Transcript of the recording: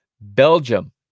Belgium